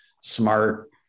smart